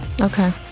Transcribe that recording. Okay